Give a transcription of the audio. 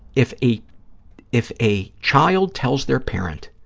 if a if a child tells their parent,